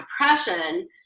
depression